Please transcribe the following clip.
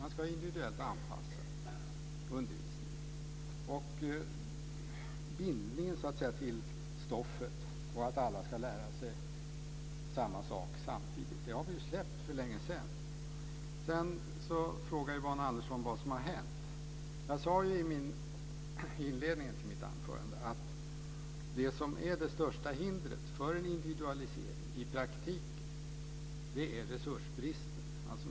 Man ska individuellt anpassa undervisningen. Bindningen till stoffet och att alla ska lära sig samma sak samtidigt har vi ju släppt för länge sedan. Sedan frågade Yvonne Andersson vad som hade hänt. Jag sade i inledningen till mitt anförande att det som är det största hindret för en individualisering i praktiken är resursbristen.